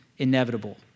inevitable